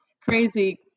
crazy